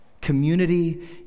Community